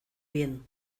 bien